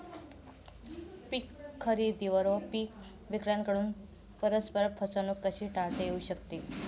पीक खरेदीदार व पीक विक्रेत्यांकडून परस्पर फसवणूक कशी टाळता येऊ शकते?